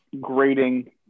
grading